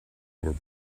were